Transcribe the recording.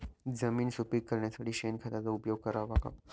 जमीन सुपीक करण्यासाठी शेणखताचा उपयोग करावा का?